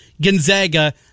Gonzaga –